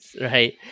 right